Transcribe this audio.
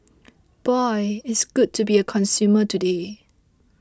boy it's good to be a consumer today